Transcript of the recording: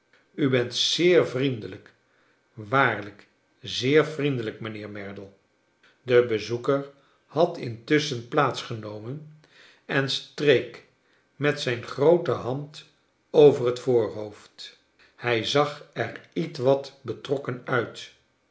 u bent zeer vriendelijk waarlijk zeer vriendelijk mijnheer merdle de bezoeker had intusschen plaats genomen en streek met zijn groote hand over het voorhoofd hij zag er ietwat etrokken uit